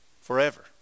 forever